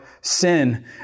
sin